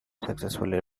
successfully